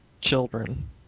children